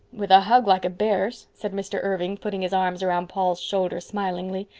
with a hug like a bear's, said mr. irving, putting his arms around paul's shoulder smilingly.